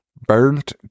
Burnt